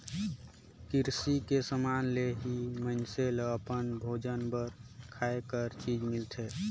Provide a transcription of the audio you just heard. किरसी के समान ले ही मइनसे ल अपन भोजन बर खाए कर चीज मिलथे